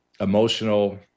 emotional